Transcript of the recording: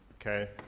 okay